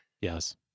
Yes